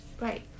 Right